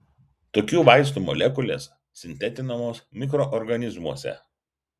tokių vaistų molekulės sintetinamos mikroorganizmuose